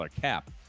cap